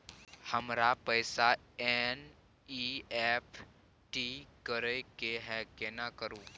हमरा पैसा एन.ई.एफ.टी करे के है केना करू?